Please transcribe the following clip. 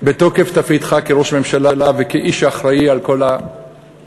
בתוקף תפקידך כראש הממשלה וכאיש שאחראי לממשלה: